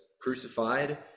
crucified